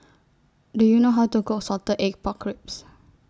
Do YOU know How to Cook Salted Egg Pork Ribs